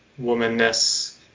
womanness